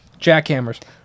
jackhammers